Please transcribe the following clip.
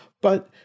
but-